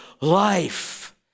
life